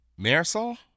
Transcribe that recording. Marisol